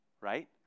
right